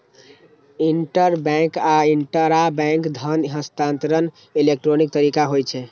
interbank आ intrabank धन हस्तांतरण इलेक्ट्रॉनिक तरीका होइ छै